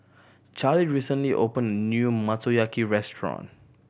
Charlie recently opened a new Motoyaki Restaurant